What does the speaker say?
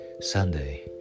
Sunday